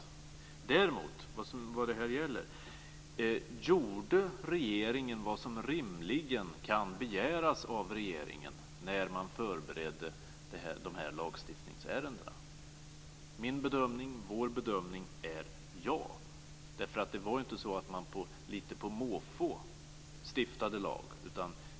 Vad detta däremot gäller är: Gjorde regeringen vad som rimligen kan begäras av regeringen när man förberedde dessa lagsstiftningsärenden? Min och vår bedömning är: Ja. Det var inte så att man lite på måfå stiftade lag.